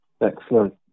Excellent